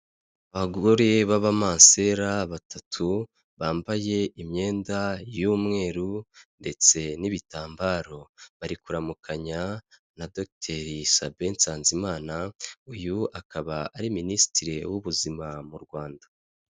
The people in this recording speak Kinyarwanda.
Abagore b'abamansera batatu bambaye imyenda y'umweru ndetse n'ibitambaro, bari kuramukanya na DR Sabe Nsanzimana, uyu akaba ari Minisitiri w'ubuzima mu Rwanda.